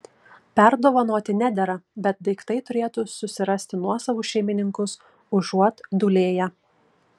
perdovanoti nedera bet daiktai turėtų susirasti nuosavus šeimininkus užuot dūlėję